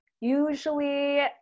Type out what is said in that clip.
Usually